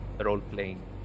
Role-playing